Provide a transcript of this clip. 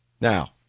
Now